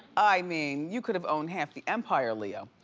i mean, you could've owned half the empire leo,